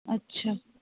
अच्छा